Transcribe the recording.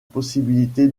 possibilité